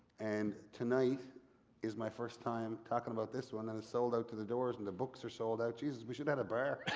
and tonight is my first time talking about this one. and it's sold out to the doors, and the books are sold out. jesus, we should have had a bar.